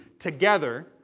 together